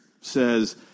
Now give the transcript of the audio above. says